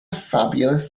fabulous